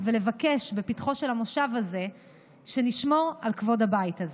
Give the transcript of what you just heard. ולבקש בפתחו של המושב הזה שנשמור על כבוד הבית הזה.